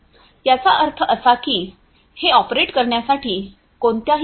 याचा अर्थ असा की हे ऑपरेट करण्यासाठी कोणत्याही रिमोट कंट्रोलची आवश्यकता नाही